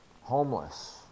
homeless